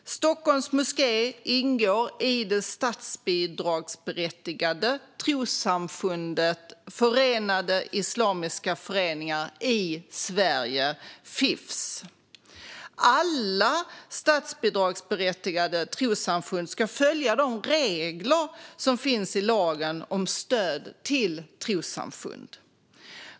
Stockholms moské ingår i det statsbidragsberättigade trossamfundet Förenade Islamiska Föreningar i Sverige . Alla statsbidragsberättigade trossamfund ska följa de regler som finns i lagen om stöd till trossamfund.